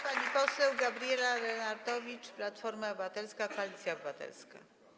Pani poseł Gabriela Lenartowicz, Platforma Obywatelska - Koalicja Obywatelska.